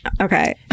Okay